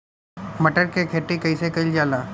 मटर के खेती कइसे कइल जाला?